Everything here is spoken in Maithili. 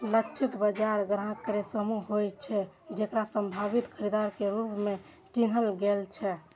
लक्षित बाजार ग्राहक केर समूह होइ छै, जेकरा संभावित खरीदार के रूप मे चिन्हल गेल छै